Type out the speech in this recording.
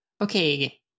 okay